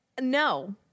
No